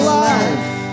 life